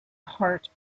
heart